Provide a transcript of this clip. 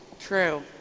True